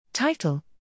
Title